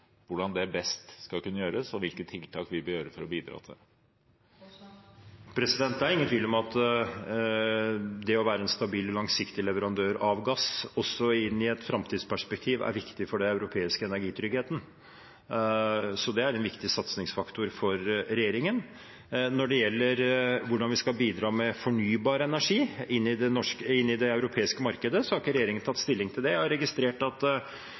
best skal kunne gjøres, og hvilke tiltak vi bør gjøre for å bidra til det. Det er ingen tvil om at det å være en stabil og langsiktig leverandør av gass også i et framtidsperspektiv, er viktig for den europeiske energitryggheten, så det er en viktig satsingsfaktor for regjeringen. Når det gjelder hvordan vi skal bidra med fornybar energi inn i det europeiske markedet, har ikke regjeringen tatt stilling til det. Jeg har registrert at